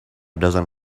dozen